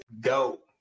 go